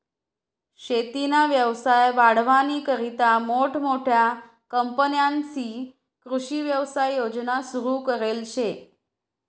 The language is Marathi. शेतीना व्यवसाय वाढावानीकरता मोठमोठ्या कंपन्यांस्नी कृषी व्यवसाय योजना सुरु करेल शे